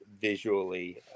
visually